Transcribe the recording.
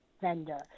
vendor